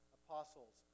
apostles